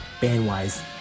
band-wise